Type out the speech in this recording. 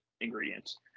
ingredients